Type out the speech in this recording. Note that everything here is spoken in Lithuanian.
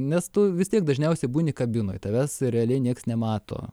nes tu vis tiek dažniausiai būni kabinoj tavęs realiai nieks nemato